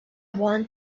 want